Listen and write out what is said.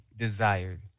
desired